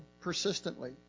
persistently